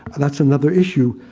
that's another issue.